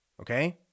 okay